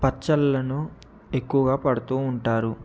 పచ్చళ్ళను ఎక్కువగా పడుతూ ఉంటారు